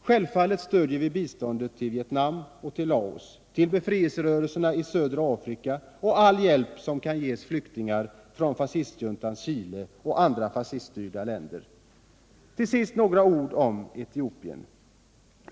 Självfallet stöder vi biståndet till Vietnam och Laos och till befrielserörelserna i södra Afrika och all hjälp som kan ges flyktingarna från fascistjuntans Chile och andra fasciststyrda länder. Till sist några ord om Etiopien.